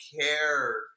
care